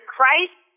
Christ